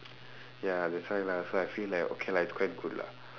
ya that's why lah so I feel like okay lah it's quite good lah